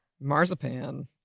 marzipan